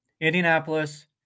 Indianapolis